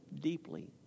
Deeply